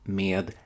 med